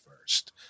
first